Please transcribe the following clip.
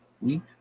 week